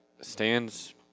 stands